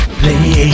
play